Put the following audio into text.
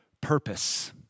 purpose